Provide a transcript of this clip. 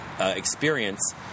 experience